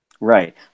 Right